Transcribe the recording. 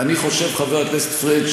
חבר הכנסת פריג',